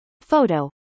Photo